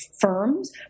firms